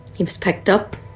he was picked up,